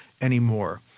anymore